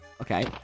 Okay